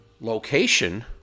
location